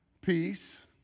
peace